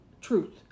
truth